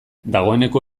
dagoeneko